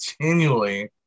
continually